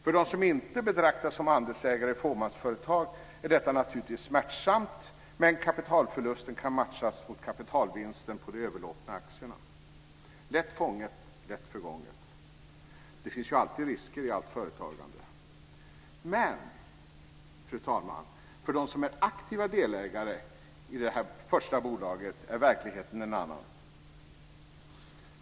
För dem som inte betraktas som andelsägare i fåmansföretag är detta naturligtvis smärtsamt, men kapitalförlusten kan matchas mot kapitalvinsten på de överlåtna aktierna. Lätt fånget, lätt förgånget. Det finns ju alltid risker i allt företagande. Men, fru talman, för dem som är aktiva delägare i det första bolaget är verkligheten en annan.